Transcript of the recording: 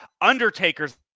Undertaker's